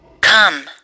Come